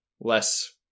less